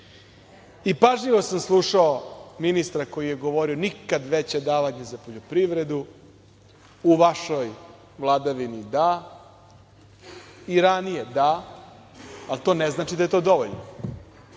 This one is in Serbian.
Pažljivo sam slušao ministra koji je govorio nikad veća davanja u poljoprivredu u vašoj vladavini da, i ranije da, ali to ne znači da je to dovoljno.